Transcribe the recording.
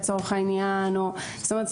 זאת אומרת,